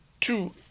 two